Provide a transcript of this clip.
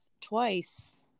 twice